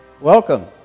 Welcome